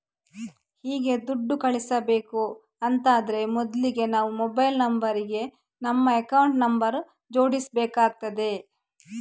ಹೀಗೆ ದುಡ್ಡು ಕಳಿಸ್ಬೇಕು ಅಂತಾದ್ರೆ ಮೊದ್ಲಿಗೆ ನಮ್ಮ ಮೊಬೈಲ್ ನಂಬರ್ ಗೆ ನಮ್ಮ ಅಕೌಂಟ್ ನಂಬರ್ ಜೋಡಿಸ್ಬೇಕಾಗ್ತದೆ